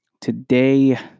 Today